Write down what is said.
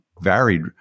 varied